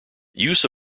use